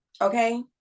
okay